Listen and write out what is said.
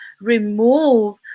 remove